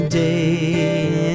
day